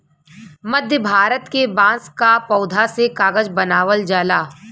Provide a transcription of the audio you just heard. मध्य भारत के बांस क पौधा से कागज बनावल जाला